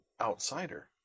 outsider